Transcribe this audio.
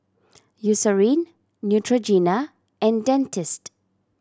Eucerin Neutrogena and Dentiste